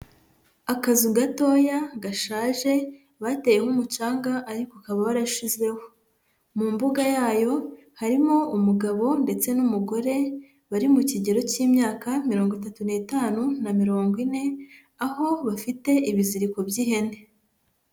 Akazu gatoya gashaje bateyeho umucanga ariko ukaba warashizeho, mu mbuga yayo harimo umugabo ndetse n'umugore, bari mu kigero k'imyaka mirongo itatu n'itanu na mirongo ine aho bafite ibiziriko by'ihene.